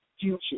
future